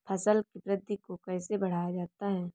फसल की वृद्धि को कैसे बढ़ाया जाता हैं?